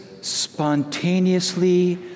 spontaneously